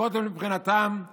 הכותל מבחינתם הוא